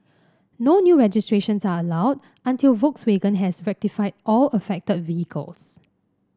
no new registrations are allowed until Volkswagen has rectified all affected vehicles